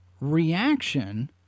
reaction